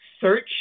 search